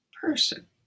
person